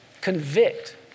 Convict